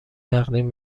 تقدیم